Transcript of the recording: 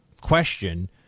question